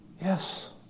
Yes